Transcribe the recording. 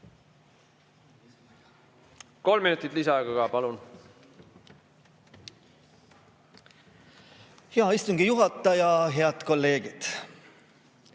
Kolm minutit lisaaega ka, palun! Hea istungi juhataja! Head kolleegid!